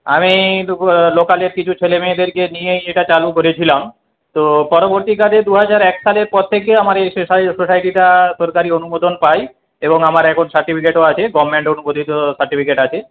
আমি লোকালের কিছু ছেলেমেয়েদেরকে নিয়েই এটা চালু করেছিলাম তো পরবর্তীকালে দুহাজার এক সালের পর থেকে আমার এই সোসাইটিটা সরকারি অনুমোদন পায় এবং আমার এখন সার্টিফিকেটও আছে গভমেন্ট অনুমোদিত সার্টিফিকেট আছে